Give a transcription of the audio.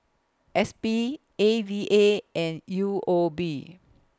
S P A V A and U O B